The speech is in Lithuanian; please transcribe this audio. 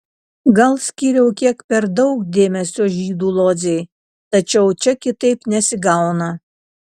gal skyriau kiek per daug dėmesio žydų lodzei tačiau čia kitaip nesigauna